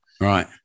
Right